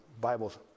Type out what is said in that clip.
Bibles